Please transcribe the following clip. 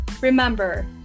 Remember